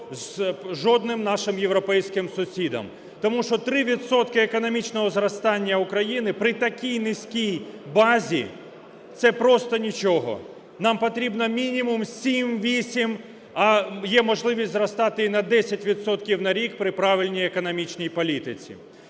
з жодним нашим європейським сусідом, тому що 3 відсотки економічного зростання України при такій низькій базі – це просто нічого. Нам потрібно мінімум 7-8, а є можливість зростати і на 10 відсотків на рік при правильній економічній політиці.